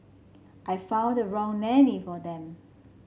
I found the wrong nanny for them